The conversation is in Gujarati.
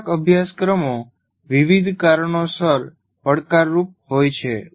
કેટલાક અભ્યાસક્રમો વિવિધ કારણોસર પડકારરૂપ હોય છે